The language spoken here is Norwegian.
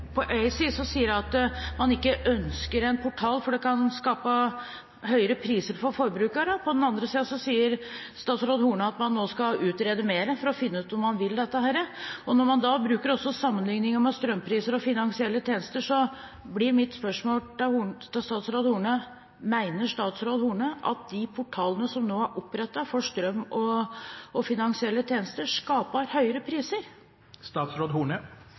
På den ene siden sier hun at man ikke ønsker en portal, fordi det kan skape høyere priser for forbrukerne. På den andre siden sier statsråd Horne at man nå skal utrede mer for å finne ut om man vil dette. Når man da også bruker sammenligninger med strømpriser og finansielle tjenester, blir mitt spørsmål til statsråd Horne: Mener statsråd Horne at de portalene som nå er opprettet for strøm og finansielle tjenester, skaper høyere priser?